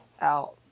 out